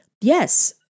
yes –